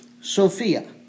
Sophia